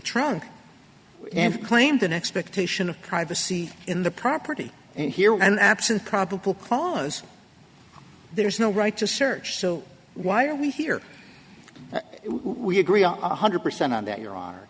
trunk and claimed an expectation of privacy in the property and here and absent probable cause there is no right to search so why are we here we agree on one hundred percent on that your are